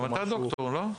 גם אתה ד"ר, לא?